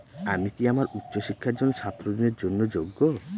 আমি কি আমার উচ্চ শিক্ষার জন্য ছাত্র ঋণের জন্য যোগ্য?